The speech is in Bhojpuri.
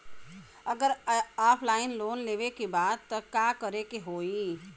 अगर ऑफलाइन लोन लेवे के बा त का करे के होयी?